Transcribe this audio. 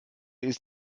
ist